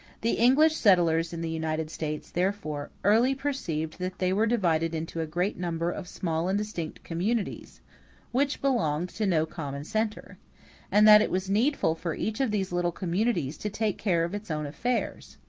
the english settlers in the united states, therefore, early perceived that they were divided into a great number of small and distinct communities which belonged to no common centre and that it was needful for each of these little communities to take care of its own affairs,